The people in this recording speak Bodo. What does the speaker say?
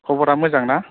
खबरा मोजां ना